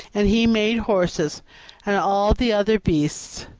and he made horses and all the other beasts,